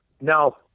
No